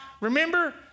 Remember